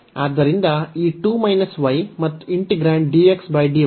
ಆದ್ದರಿಂದ ಈ 2 y ಮತ್ತು ಇಂಟಿಗ್ರಾಂಡ್ dxdy